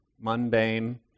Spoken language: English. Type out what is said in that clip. mundane